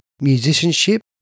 musicianship